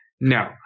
No